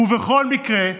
בכל מקרה,